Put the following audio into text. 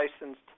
licensed